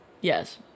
yes